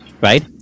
Right